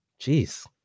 Jeez